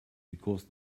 because